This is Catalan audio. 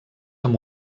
amb